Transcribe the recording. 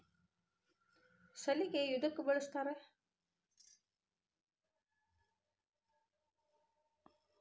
ಸಲಿಕೆ ಯದಕ್ ಬಳಸ್ತಾರ?